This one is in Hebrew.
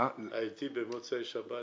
הייתי במוצאי שבת